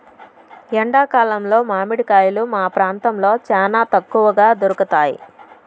ఎండా కాలంలో మామిడి కాయలు మా ప్రాంతంలో చానా తక్కువగా దొరుకుతయ్